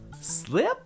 Slip